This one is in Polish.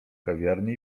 kawiarni